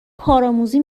کارآموزی